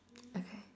okay